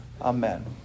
Amen